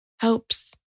hopes